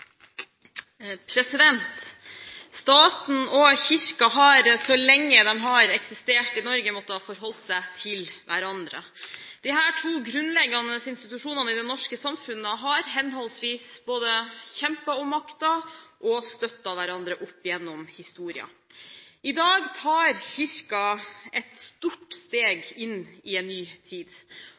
til. Staten og Kirken har så lenge de har eksistert i Norge, måttet forholde seg til hverandre. Disse to grunnleggende institusjonene i det norske samfunnet har henholdsvis både kjempet om makten og støttet hverandre opp gjennom historien. I dag tar Kirken et stort steg inn i en ny tid.